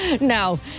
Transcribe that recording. No